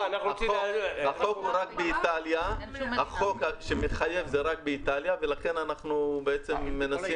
החוק שמחייב זה רק באיטליה ולכן אנחנו מנסים